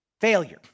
failure